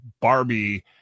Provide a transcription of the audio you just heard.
Barbie